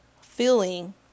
feeling